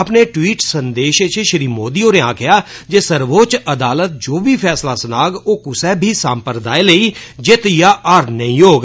अपने ट्वीट संदेष च श्री मोदी होरें आक्खेआ जे सर्वोच्चय अदालत जो बी फैसला सुनाग ओ कुसै बी संप्रदाय लेई जित्त जां हार नेई होग